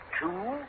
two